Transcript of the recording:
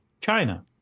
China